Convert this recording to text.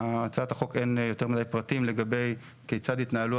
בהצעת החוק אין יותר מידי פרטים לגבי כיצד יתנהלו